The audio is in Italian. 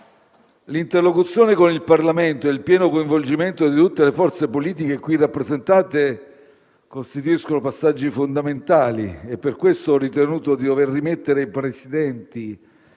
L'interlocuzione con il Parlamento e il pieno coinvolgimento di tutte le forze politiche qui rappresentate costituiscono passaggi fondamentali e per questo ho ritenuto di dover rimettere ai Presidenti